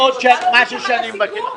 ויש עוד משהו שאני מבקש.